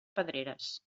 pedreres